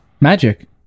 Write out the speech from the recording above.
magic